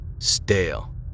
stale